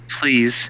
please